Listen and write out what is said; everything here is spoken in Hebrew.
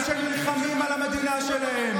שנלחמים על המדינה שלהם.